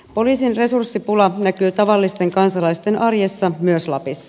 poliisin resurssipula näkyy tavallisten kansalaisten arjessa myös lapissa